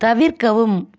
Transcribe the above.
தவிர்க்கவும்